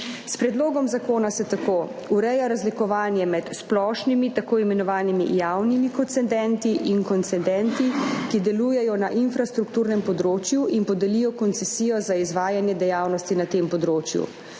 S predlogom zakona se tako ureja razlikovanje med splošnimi, tako imenovanimi javnimi koncedenti in koncedenti, ki delujejo na infrastrukturnem področju in podelijo koncesijo za izvajanje dejavnosti na tem področju.